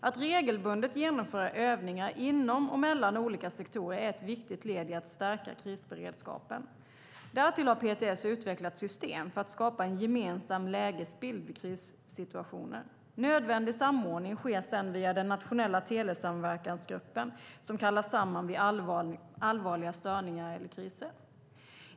Att regelbundet genomföra övningar inom och mellan olika sektorer är ett viktigt led i att stärka krisberedskapen. Därtill har PTS utvecklat ett system för att skapa en gemensam lägesbild i krissituationer. Nödvändig samordning sker sedan via den nationella telesamverkansgruppen som kallas samman vid allvarliga störningar eller kriser.